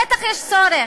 בטח יש צורך.